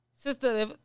Sister